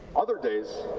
other days